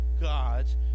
God's